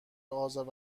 آزار